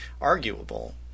arguable